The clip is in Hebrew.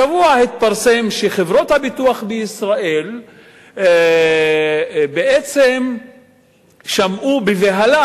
השבוע התפרסם שחברות הביטוח בישראל בעצם שמעו בבהלה